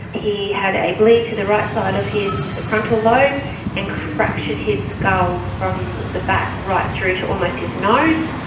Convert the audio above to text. he had a bleed to the right side of his frontal lobe and fractured his skull from the back right through to almost his nose.